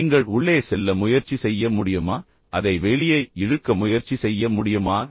நீங்கள் உள்ளே செல்ல முயற்சி செய்ய முடியுமா அதை வெளியே இழுக்க முயற்சி செய்ய முடியுமா